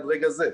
עד רגע זה,